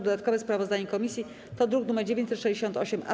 Dodatkowe sprawozdanie komisji to druk nr 968-A.